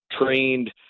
trained